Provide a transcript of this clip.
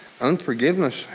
unforgiveness